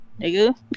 nigga